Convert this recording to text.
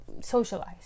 socialize